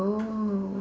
oh